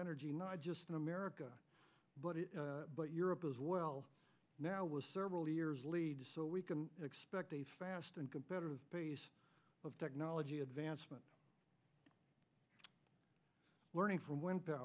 energy not just in america but europe as well now was several years lead so we can expect a fast and competitive pace of technology advancement learning from win